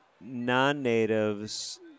non-natives